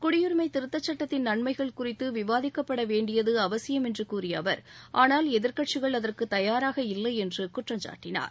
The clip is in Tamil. குடியுரிமை திருத்த சட்டத்தின் நன்மைகள் குறித்து விவாதிக்கப்பட வேண்டியது அவசியம் என்று கூறிய அவர் ஆனால் எதிர்க்கட்சிகள் அதற்கு தயாராக இல்லை என்று குற்றம் சாட்டினார்